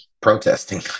protesting